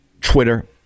Twitter